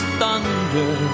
thunder